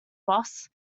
boss